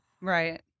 Right